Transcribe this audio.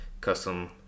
custom